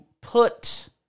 put